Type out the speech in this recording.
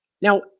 Now